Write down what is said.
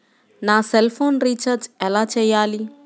నా సెల్ఫోన్కు రీచార్జ్ ఎలా చేయాలి?